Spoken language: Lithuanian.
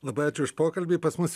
labai ačiū už pokalbį pas mus